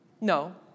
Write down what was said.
No